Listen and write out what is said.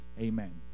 Amen